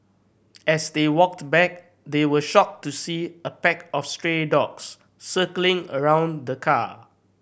as they walked back they were shocked to see a pack of stray dogs circling around the car